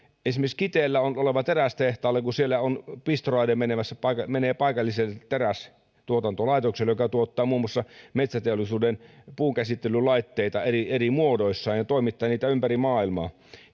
esimerkiksi kiteellä olevalla terästehtaalla pistoraide menee paikalliselle terästuotantolaitokselle joka tuottaa muun muassa metsäteollisuuden puunkäsittelylaitteita eri eri muodoissaan ja toimittaa niitä ympäri maailmaa